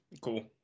Cool